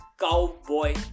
cowboy